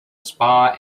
spa